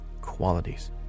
qualities